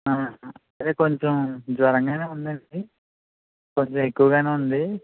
అదే కొంచం జ్వరంగానే ఉందండీ కొద్దిగా ఎక్కువగానే ఉంది